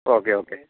okay okay